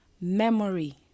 memory